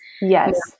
Yes